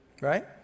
right